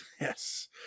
Yes